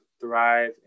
Thrive